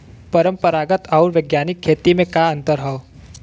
परंपरागत आऊर वैज्ञानिक खेती में का अंतर ह?